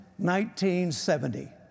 1970